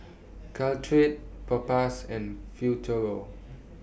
Caltrate Propass and Futuro